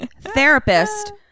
therapist